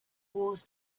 wars